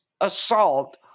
assault